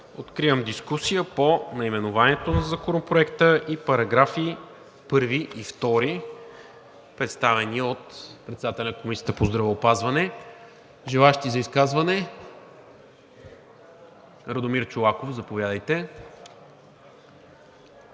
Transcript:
Откривам дискусия по наименованието на Законопроекта и параграфи 1 и 2, представени от председателя на Комисията по здравеопазването. Желаещи за изказвания? Радомир Чолаков. Заповядайте.